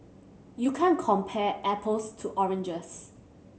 you can't compare apples to oranges